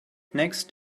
next